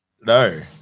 No